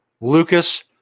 Lucas